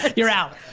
ah you're out.